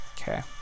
Okay